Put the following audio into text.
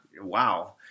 wow